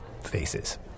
faces